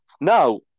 now